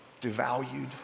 devalued